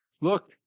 Look